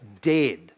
dead